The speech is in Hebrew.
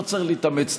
לא צריך להתאמץ,